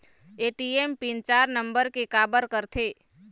ATM pin चार number के काबर करथे?